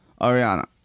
Ariana